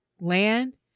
land